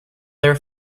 their